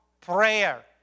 prayer